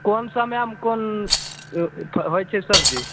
कम समयमे कोन होइ छै सब्जी